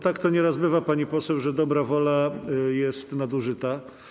Tak to nieraz bywa, pani poseł, że dobra wola jest nadużyta.